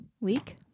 Week